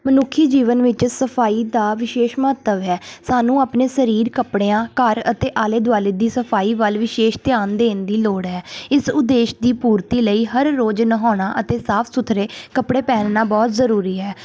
ਮਨੁੱਖੀ ਜੀਵਨ ਵਿੱਚ ਸਫਾਈ ਦਾ ਵਿਸ਼ੇਸ਼ ਮਹੱਤਵ ਹੈ ਸਾਨੂੰ ਆਪਣੇ ਸਰੀਰ ਕੱਪੜਿਆਂ ਘਰ ਅਤੇ ਆਲੇ ਦੁਆਲੇ ਦੀ ਸਫਾਈ ਵੱਲ ਵਿਸ਼ੇਸ਼ ਧਿਆਨ ਦੇਣ ਦੀ ਲੋੜ ਹੈ ਇਸ ਉਦੇਸ਼ ਦੀ ਪੂਰਤੀ ਲਈ ਹਰ ਰੋਜ਼ ਨਹਾਉਣਾ ਅਤੇ ਸਾਫ ਸੁਥਰੇ ਕੱਪੜੇ ਪਹਿਨਣਾ ਬਹੁਤ ਜ਼ਰੂਰੀ ਹੈ